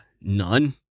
none